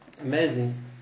amazing